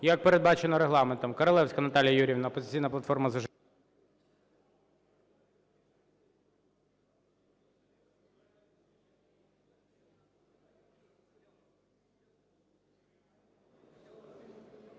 Як передбачено Регламентом. Королевська Наталія Юріївна, "Опозиційна платформа –